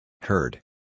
Heard